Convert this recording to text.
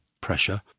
pressure